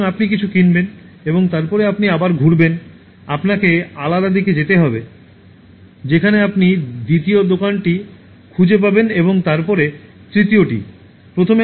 সুতরাং আপনি কিছু কিনবেন এবং তারপরে আপনি আবার ঘুরবেন আপনাকে আলাদা দিকে যেতে হবে যেখানে আপনি দ্বিতীয় দোকানটি খুঁজে পাবেন এবং তারপরে তৃতীয়টি